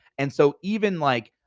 and so even like,